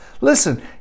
Listen